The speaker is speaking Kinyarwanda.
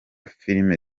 filime